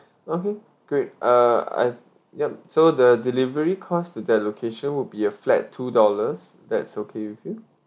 okay great uh I've yup so the delivery cost to the location will be a flat two dollars that's okay with you